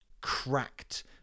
cracked